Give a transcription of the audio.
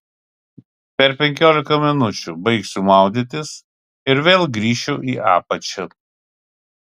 per penkiolika minučių baigsiu maudytis ir vėl grįšiu į apačią